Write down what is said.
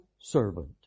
servant